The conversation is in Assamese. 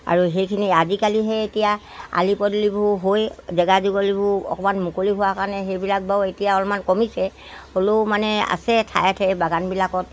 আৰু সেইখিনি আজিকালিহে এতিয়া আলি পদূলিবোৰ হৈ জেগা যুগলীবোৰ অকণমান মুকলি হোৱাৰ কাৰণে সেইবিলাক বাৰু এতিয়া অলপমান কমিছে হ'লেও মানে আছে ঠায়ে ঠায়ে বাগানবিলাকত